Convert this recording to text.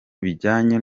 bijyanye